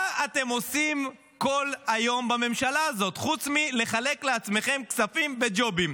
מה אתם עושים כל היום בממשלה הזאת חוץ מלחלק לעצמכם כספים וג'ובים?